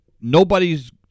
nobody's